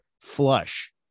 Flush